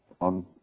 on